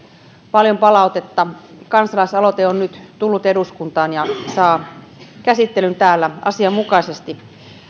paljon palautetta kansalaisaloite on nyt tullut eduskuntaan ja saa käsittelyn täällä asianmukaisesti